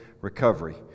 Recovery